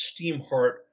Steamheart